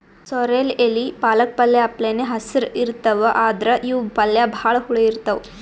sorrel ಎಲಿ ಪಾಲಕ್ ಪಲ್ಯ ಅಪ್ಲೆನೇ ಹಸ್ರ್ ಇರ್ತವ್ ಆದ್ರ್ ಇವ್ ಪಲ್ಯ ಭಾಳ್ ಹುಳಿ ಇರ್ತವ್